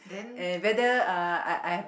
and whether uh I I have